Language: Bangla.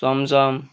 চমচম